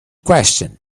question